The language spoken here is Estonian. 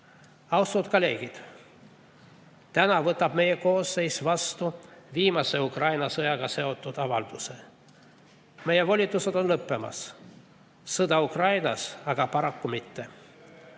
Austatud kolleegid! Täna võtab meie koosseis vastu viimase Ukraina sõjaga seotud avalduse. Meie volitused on lõppemas, sõda Ukrainas aga paraku mitte.